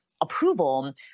approval